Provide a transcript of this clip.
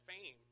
fame